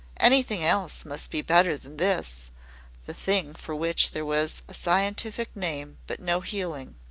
anything else must be better than this the thing for which there was a scientific name but no healing.